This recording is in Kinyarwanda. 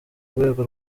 rwego